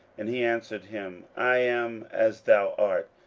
and he answered him, i am as thou art,